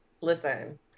listen